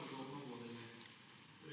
Hvala